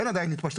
אין עדיין התפשטות.